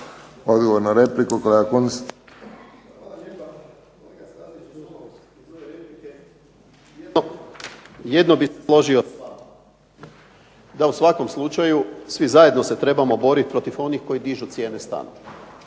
…/Govornik naknadno uključen./… jedno bih se složio svakako, da u svakom slučaju svi zajedno se trebamo borit protiv onih koji dižu cijene stanova